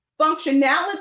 functionality